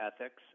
Ethics